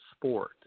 sport